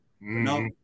No